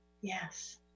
Yes